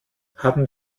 haben